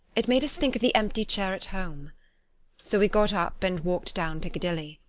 it made us think of the empty chair at home so we got up and walked down piccadilly.